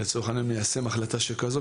לצורך העניין מיישם החלטה שכזו,